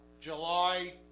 july